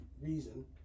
reason